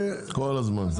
כל הזמן.